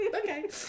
Okay